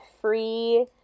free